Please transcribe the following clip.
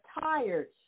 tired